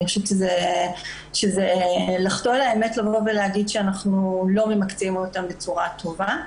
חושבת שזה לחטוא לאמת לבוא ולהגיד שאנחנו לא ממקצעים אותם בצורה טובה.